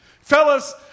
Fellas